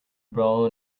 brawl